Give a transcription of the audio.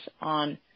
on